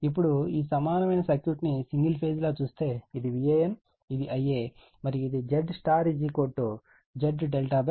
ఇప్పుడు ఈ సమానమైన సర్క్యూట్ను సింగిల్ ఫేజ్ లా చూస్తే ఇది Van ఇది Ia మరియు ZΥ Z∆ 3